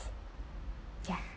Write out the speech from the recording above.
yeah